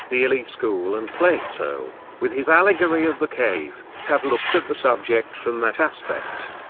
the elea school and plato with his allegory of the cave have looked at the subject from that aspect.